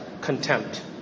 contempt